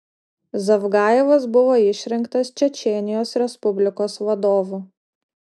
zavgajevas buvo išrinktas čečėnijos respublikos vadovu